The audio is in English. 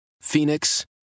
Phoenix